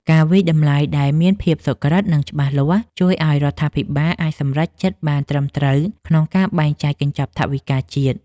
ការវាយតម្លៃដែលមានភាពសុក្រឹត និងច្បាស់លាស់ ជួយឱ្យរដ្ឋាភិបាលអាចសម្រេចចិត្តបានត្រឹមត្រូវក្នុងការបែងចែកកញ្ចប់ថវិកាជាតិ។